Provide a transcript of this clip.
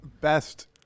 best